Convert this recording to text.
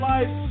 Life